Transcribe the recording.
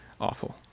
awful